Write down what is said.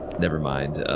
never mind.